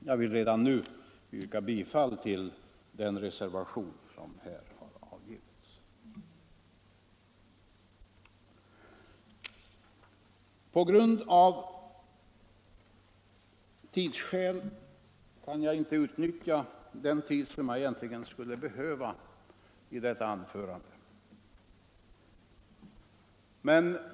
Jag vill redan nu yrka bifall till den reservation som här har avgivits. Tyvärr kan jag inte ta i anspråk så lång tid som jag egentligen skulle behöva för detta anförande.